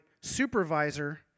supervisor